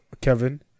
Kevin